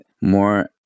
more